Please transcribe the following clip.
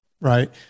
Right